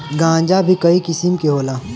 गांजा भीं कई किसिम के होला